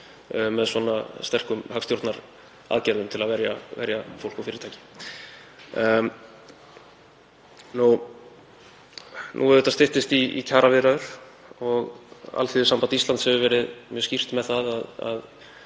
með sterkum hagstjórnaraðgerðum til að verja fólk og fyrirtæki. Nú styttist í kjaraviðræður og Alþýðusamband Íslands hefur verið mjög skýrt með það að